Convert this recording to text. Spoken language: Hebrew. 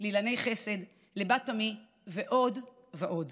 ל"אילני חסד", ל"בת עמי" ועוד ועוד,